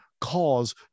cause